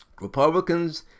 Republicans